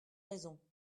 raison